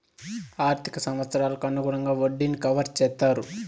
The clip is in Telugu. ఆర్థిక సంవత్సరాలకు అనుగుణంగా వడ్డీని కవర్ చేత్తారు